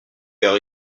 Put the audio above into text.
gars